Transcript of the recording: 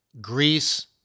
Greece